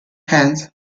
hands